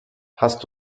hast